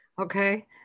okay